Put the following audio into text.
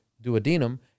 duodenum